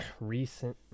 recent